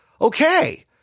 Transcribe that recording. okay